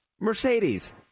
Mercedes